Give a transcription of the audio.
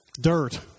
Dirt